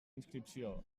inscripció